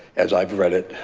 as i've read it